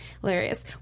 Hilarious